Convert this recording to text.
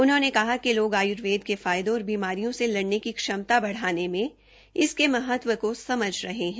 उन्होंने कहा कि लोग आयुर्वेद के फायदों और बीमारियों से लड़ने की क्षमता बढाने में इसके महत्व को समझ रहे हैं